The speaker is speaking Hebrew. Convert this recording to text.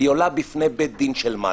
היא עולה בפני בית דין של מעלה.